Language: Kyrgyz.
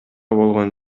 болгон